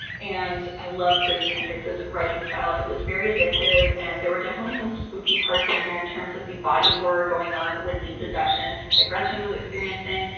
and i loved grady hendrix's writing style. it was very addictive, and there were definitely some spooky parts in here in terms of the body horror going on with the possession that gretchen was experiencing,